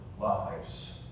lives